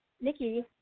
Nikki